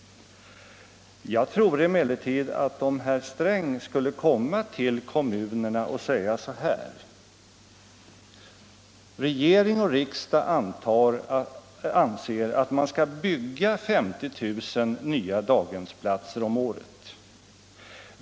Antag emellertid att herr Sträng skulle komma till kommunerna och säga så här: Regering och riksdag anser att man skall bygga 50 000 nya daghemsplatser om året.